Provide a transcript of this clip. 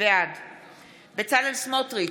בעד בצלאל סמוטריץ'